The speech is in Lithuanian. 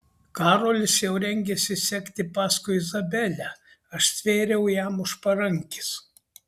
karolis jau rengėsi sekti paskui izabelę aš stvėriau jam už parankės